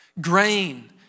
Grain